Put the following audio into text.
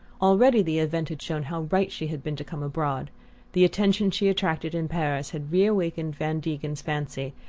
already the event had shown how right she had been to come abroad the attention she attracted in paris had reawakened van degen's fancy,